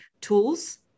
tools